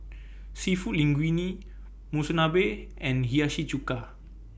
Seafood Linguine Monsunabe and Hiyashi Chuka